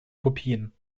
kopien